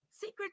secret